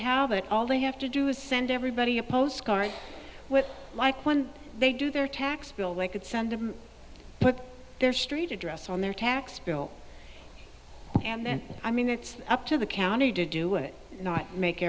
have it all they have to do is send everybody a postcard like when they do their tax bill they could send them put their street address on their tax bill and i mean it's up to the county to do it not make